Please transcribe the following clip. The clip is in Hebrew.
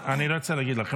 אני רוצה להגיד לך,